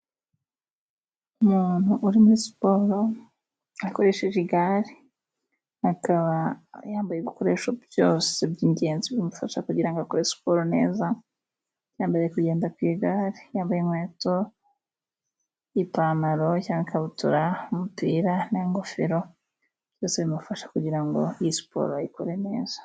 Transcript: Umuntu uri muri siporo akoresheje igare, akaba yambaye ibikoresho byose by'ingenzi bimufasha kugirango akore siporo neza, yambaye ari kugenda ku igare, yambaye inkweto, ipantaro cyangwa ikabutura, umupira n'ingofero byose bimufasha kugirango iyi siporo ayikore neza.